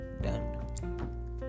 done